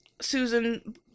Susan